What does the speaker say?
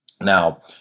now